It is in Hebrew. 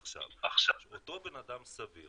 עכשיו, אותו בן אדם סביר